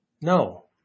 No